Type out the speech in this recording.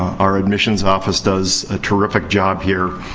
our admissions office does a terrific job here.